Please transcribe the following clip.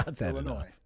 Illinois